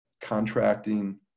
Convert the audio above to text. Contracting